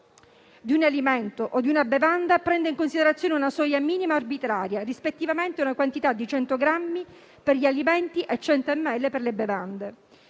di un alimento o di una bevanda prende in considerazione una soglia minima arbitraria, rispettivamente una quantità di 100 grammi per gli alimenti e 100 milligrammi per le bevande.